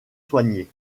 soigné